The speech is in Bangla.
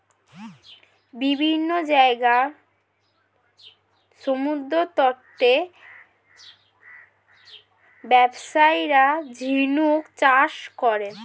বিভিন্ন জায়গার সমুদ্রতটে ব্যবসায়ীরা ঝিনুক চাষ করে